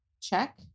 check